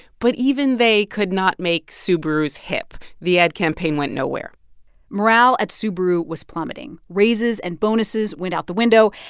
but even they could not make subarus hip. the ad campaign went nowhere morale at subaru was plummeting. raises and bonuses went out the window,